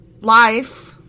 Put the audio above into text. life